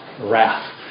wrath